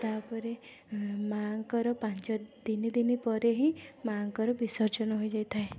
ତା'ପରେ ମା'ଙ୍କର ପାଞ୍ଚ ତିନିଦିନ ପରେ ହିଁ ମା'ଙ୍କର ବିସର୍ଜନ ହୋଇଯାଇଥାଏ